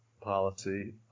policy